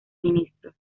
ministros